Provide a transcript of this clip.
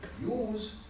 use